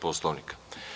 Poslovnika?